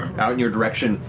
out in your direction,